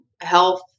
health